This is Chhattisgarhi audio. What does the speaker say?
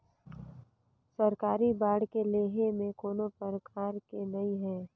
सरकारी बांड के लेहे में कोनो परकार के नइ हे